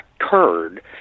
occurred